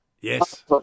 Yes